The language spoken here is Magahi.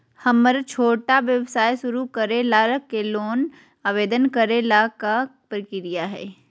हमरा छोटा व्यवसाय शुरू करे ला के लोन के आवेदन करे ल का प्रक्रिया हई?